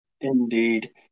indeed